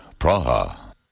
Praha